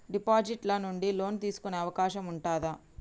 Deposit ల నుండి loan తీసుకునే అవకాశం ఉంటదా?